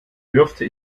dürfte